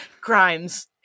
crimes